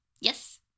yes